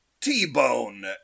T-Bone